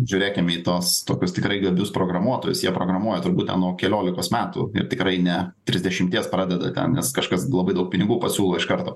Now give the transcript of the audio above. žiūrėkim į tuos tokius tikrai gabius programuotojus jie programuoja turbūt ten nuo keliolikos metų ir tikrai ne trisdešimties pradeda ten tas nes kažkas labai daug pinigų pasiūlo iš karto